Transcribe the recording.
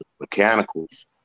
mechanicals